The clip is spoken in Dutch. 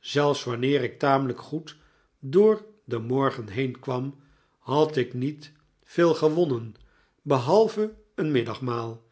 zelfs wanneer ik tamelijk goed door den morgen heen kwam had ik niet veel gewonnen behalve een middagmaal